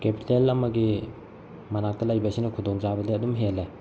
capital ꯑꯃꯒꯤ ꯃꯅꯥꯛꯇ ꯂꯩꯕꯁꯤꯅ ꯈꯨꯗꯣꯡ ꯆꯥꯕꯗꯤ ꯑꯗꯨꯝ ꯍꯦꯜꯂꯦ